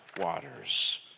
waters